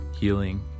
healing